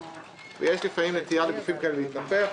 ויש לפעמים נטייה לגופים כאלה להתנפח.